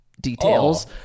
details